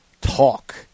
talk